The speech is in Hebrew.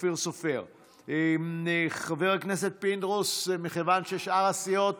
בוסו ויוסף טייב, קבוצת סיעת יהדות